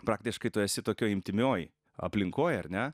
praktiškai tu esi tokioj intymioj aplinkoj ar ne